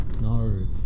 no